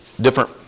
different